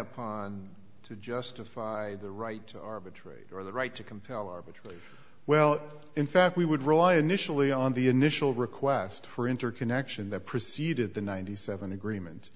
upon to justify the right to arbitrate or the right to compel arbitrarily well in fact we would rely initially on the initial request for interconnection that preceded the ninety seven agreement